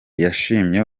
yashimye